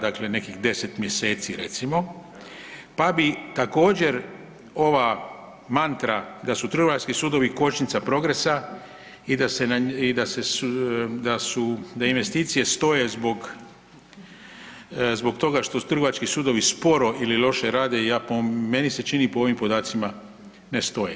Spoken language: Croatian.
Dakle nekih 10 mjeseci recimo, pa bi također ova mantra da su trgovački sudovi kočnica progresa i da investicije stoje zbog toga što trgovački sudovi sporo ili loše rade, meni se čini po ovim podacima ne stoji.